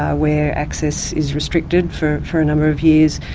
ah where access is restricted for for a number of years,